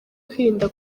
kwirinda